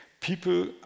people